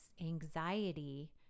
anxiety